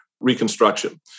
Reconstruction